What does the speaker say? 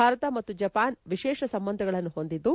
ಭಾರತ ಮತ್ತು ಜಪಾನ್ ವಿಶೇಷ ಸಂಬಂಧಗಳನ್ನು ಹೊಂದಿದ್ದು